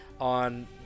on